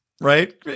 right